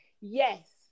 yes